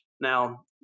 Now